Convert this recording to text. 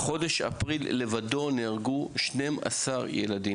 רק בחודש אפריל נהרגו 12 ילדים